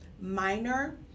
Minor